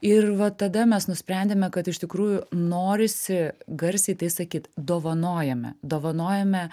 ir va tada mes nusprendėme kad iš tikrųjų norisi garsiai tai sakyt dovanojame dovanojame